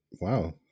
wow